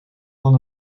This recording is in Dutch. van